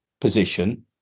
position